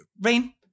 rain